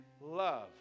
love